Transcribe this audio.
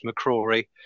McCrory